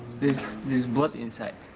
is blood inside.